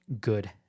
good